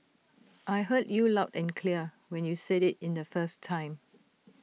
I heard you loud and clear when you said IT in the first time